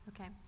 Okay